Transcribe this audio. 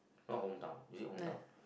no hometown is it hometown